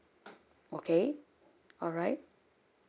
okay alright